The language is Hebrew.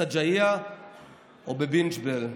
בשג'אעיה או בבינת ג'בל.